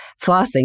Flossing